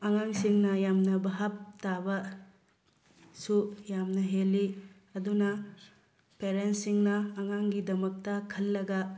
ꯑꯉꯥꯡꯁꯤꯡꯅ ꯌꯥꯝꯅ ꯚꯥꯞ ꯇꯥꯕ ꯁꯨ ꯌꯥꯝꯅ ꯍꯦꯜꯂꯤ ꯑꯗꯨꯅ ꯄꯦꯔꯦꯟꯁꯤꯡꯅ ꯑꯉꯥꯡꯒꯤꯗꯃꯛꯇ ꯈꯜꯂꯒ